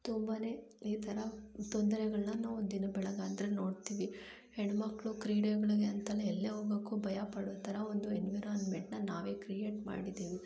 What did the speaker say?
ತುಂಬನೇ ಈ ಥರ ತೊಂದರೆಗಳನ್ನ ನಾವು ದಿನ ಬೆಳಗಾದರೆ ನೋಡ್ತೀವಿ ಹೆಣ್ಮಕ್ಕಳು ಕ್ರೀಡೆಗಳಿಗೆ ಅಂತಲೇ ಎಲ್ಲೇ ಹೋಗೋಕ್ಕೂ ಭಯ ಪಡೋ ಥರ ಒಂದು ಎನ್ವಿರಾನ್ಮೆಂಟ್ನ ನಾವೇ ಕ್ರಿಯೇಟ್ ಮಾಡಿದ್ದೀವಿ